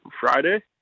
Friday